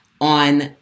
On